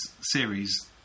series